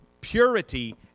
purity